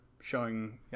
showing